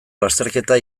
lasterketa